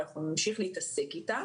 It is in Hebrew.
ונמשיך להתעסק איתה.